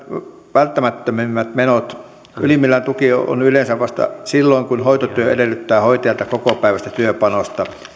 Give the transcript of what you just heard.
välttämättömimmät menot ylimmillään tuki on yleensä vasta silloin kun hoitotyö edellyttää hoitajalta kokopäiväistä työpanosta